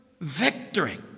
victory